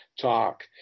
talk